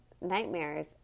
nightmares